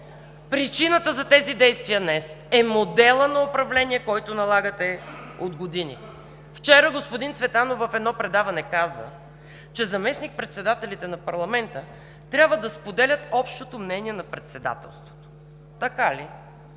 причината за тези действия днес е моделът на управление, който налагате от години. Вчера господин Цветанов в едно предаване каза, че „Заместник-председателите на парламента трябва да споделят общото мнение на Председателството“. Така ли?